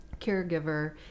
caregiver